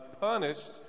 punished